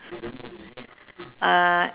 uh